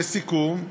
לסיכום,